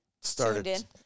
started